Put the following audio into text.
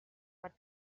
but